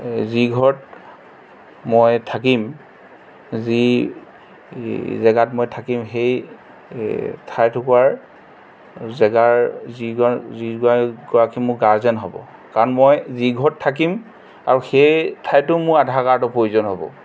যি ঘৰত মই থাকিম যি জেগাত মই থাকিম সেই ঠাই টুকুৰাৰ জেগাৰ যিগৰাকী মোৰ গাৰ্জেন হ'ব কাৰণ মই যি ঘৰত থাকিম আৰু সেই ঠাইটো মোৰ আধাৰ কাৰ্ডৰ প্ৰয়োজন হ'ব